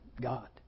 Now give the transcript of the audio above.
God